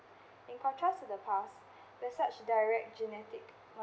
in contrast to the past there's such direct genetic